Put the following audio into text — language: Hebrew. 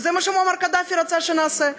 וזה מה שמועמר קדאפי רצה שנעשה.